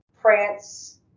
France